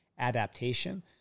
adaptation